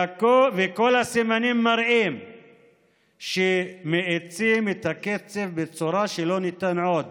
וכל הסימנים מראים שמאיצים את הקצב בצורה שלא ניתן עוד